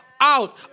out